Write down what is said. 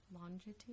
Longitude